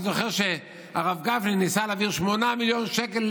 אני זוכר שחבר הכנסת גפני ניסה להעביר 8 מיליון שקלים